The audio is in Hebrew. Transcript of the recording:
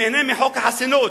שנהנה מחוק החסינות,